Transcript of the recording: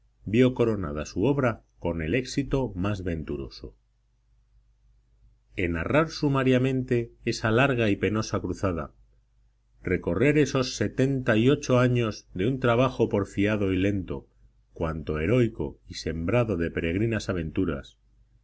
vio coronada su obra con el éxito más venturoso enarrar sumariamente esa larga y penosa cruzada recorrer esos setenta y ocho años de un trabajo porfiado y lento cuanto heroico y sembrado de peregrinas aventuras